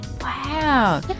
Wow